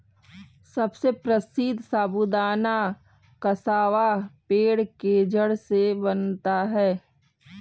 सबसे प्रसिद्ध साबूदाना कसावा पेड़ के जड़ से बनता है